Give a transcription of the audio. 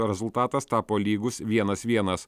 rezultatas tapo lygus vienas vienas